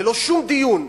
ללא שום דיון,